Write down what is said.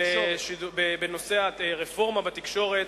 בנושא הרפורמה בתקשורת,